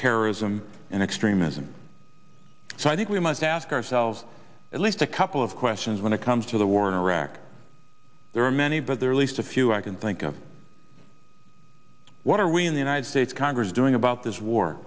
terrorism and extremism so i do we must ask ourselves at least a couple of questions when it comes to the war in iraq there are many but there are least a few i can think of what are we in the united states congress doing about this war